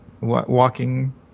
walking